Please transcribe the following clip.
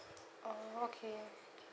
oh okay